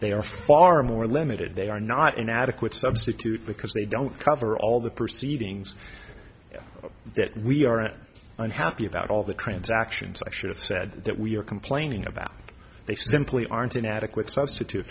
they are far more limited they are not an adequate substitute because they don't cover all the proceedings that we aren't unhappy about all the transactions i should have said that we're complaining about they simply aren't an adequate substitute